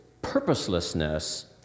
purposelessness